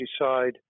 decide